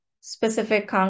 specific